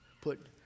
put